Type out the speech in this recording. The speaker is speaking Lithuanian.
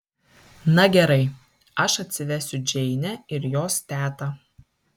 na gerai aš atsivesiu džeinę ir jos tetą